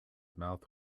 mouth